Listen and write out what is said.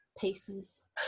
pieces